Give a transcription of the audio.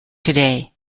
today